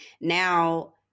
now